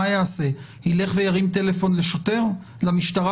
ירים טלפון למשטרה,